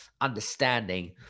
understanding